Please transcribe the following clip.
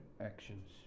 actions